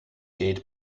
gate